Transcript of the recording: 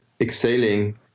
exhaling